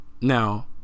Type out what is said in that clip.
now